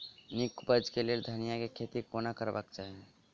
नीक उपज केँ लेल धनिया केँ खेती कोना करबाक चाहि?